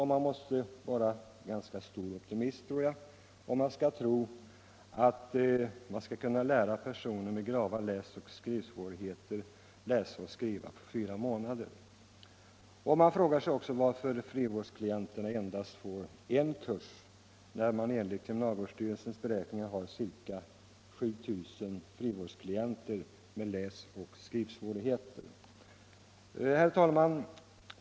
Man måste vara ganska stor optimist 11 februari 1975 för att tro att man skall kunna lära personer med grava läsoch skrivsvårigheter att läsa och skriva på fyra månader. Och varför får frivårds — Om skrivoch klienterna endast en kurs, när det enligt kriminalvårdsstyrelsens beräklästräning för ningar finns ca 7000 frivårdsklienter med läsoch skrivsvårigheter? intagna m.fl. inom Herr talman!